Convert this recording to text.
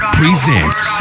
presents